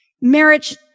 marriage